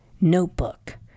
notebook